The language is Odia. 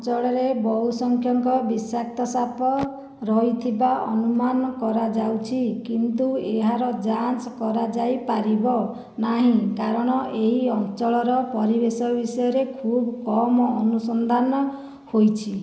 ଏହି ଅଞ୍ଚଳରେ ବହୁ ସଂଖ୍ୟକ ବିଷାକ୍ତ ସାପ ରହିଥିବା ଅନୁମାନ କରାଯାଉଛି କିନ୍ତୁ ଏହାର ଯାଞ୍ଚ କରାଯାଇ ପାରିବ ନାହିଁ କାରଣ ଏହି ଅଞ୍ଚଳର ପରିବେଶ ବିଷୟରେ ଖୁବ୍ କମ୍ ଅନୁସନ୍ଧାନ ହୋଇଛି